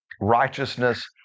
righteousness